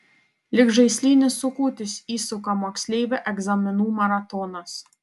lyg žaislinis sukutis įsuka moksleivį egzaminų maratonas